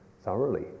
thoroughly